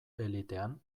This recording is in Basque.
elitean